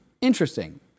Interesting